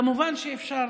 כמובן שאפשר